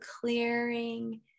clearing